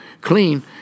clean